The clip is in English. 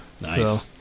Nice